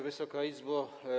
Wysoka Izbo!